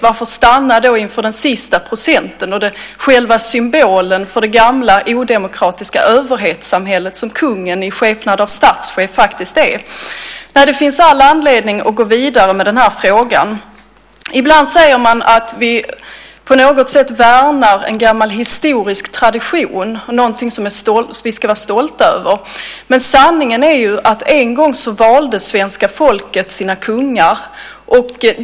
Varför ska vi då stanna inför den sista procenten - nämligen den symbol för det gamla odemokratiska överhetssamhället som kungen i sin roll som statschef faktiskt är? Det finns all anledning att gå vidare med den här frågan. Ibland säger vi att vi på något sätt värnar en gammal historisk tradition och något som vi ska vara stolta över. Sanningen är ju att en gång i tiden valde svenska folket sina kungar.